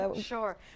sure